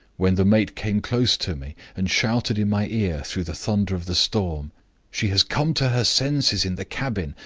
when the mate came close to me, and shouted in my ear through the thunder of the storm she has come to her senses in the cabin,